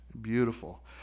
Beautiful